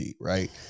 right